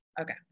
Okay